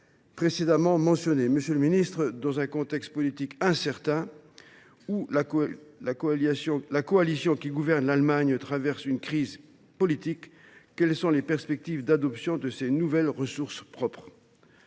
que je viens d’évoquer. Monsieur le ministre, dans un contexte politique incertain, où la coalition qui gouverne l’Allemagne traverse une crise politique, quelles sont les perspectives d’adoption de ces nouvelles ressources propres ?